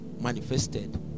manifested